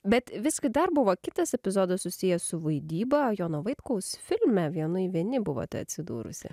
bet visgi dar buvo kitas epizodas susijęs su vaidyba jono vaitkaus filme vienui vieni buvote atsidūrusi